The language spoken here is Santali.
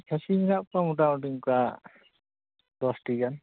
ᱠᱷᱟᱹᱥᱤ ᱢᱮᱱᱟᱜ ᱠᱚᱣᱟ ᱢᱳᱴᱟᱢᱩᱴᱤ ᱚᱱᱠᱟ ᱫᱚᱥᱴᱤ ᱜᱟᱱ